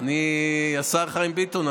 השר חיים ביטון,